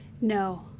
no